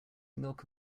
milk